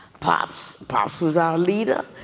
pops, pops was our leader.